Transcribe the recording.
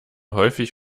häufig